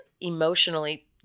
emotionally